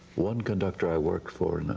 one conductor i worked for